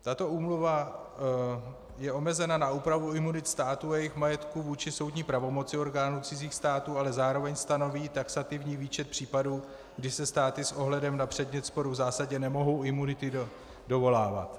Tato úmluva je omezena na úpravu imunit států a jejich majetků vůči soudní pravomoci orgánů cizích států, ale zároveň stanoví taxativní výčet případů, kdy se státy s ohledem na předmět sporu v zásadě nemohou imunity dovolávat.